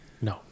No